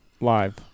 Live